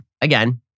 again